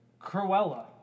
Cruella